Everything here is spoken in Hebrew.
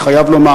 אני חייב לומר,